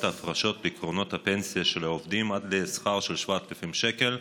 ההפרשות לקרנות הפנסיה של עובדים עד לשכר של 7,000 שקל,